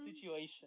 situation